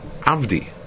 avdi